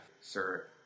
sir